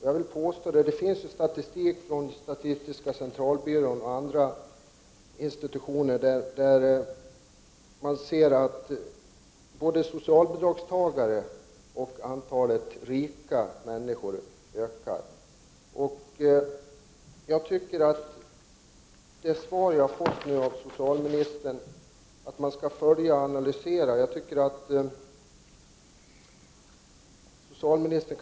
Jag vill påstå att det framgår av statistik från statistiska centralbyrån och från andra institutioner att både antalet socialbidragstagare och antalet rika människor ökar. I sitt svar säger socialministern att regeringen skall följa och analysera utvecklingen.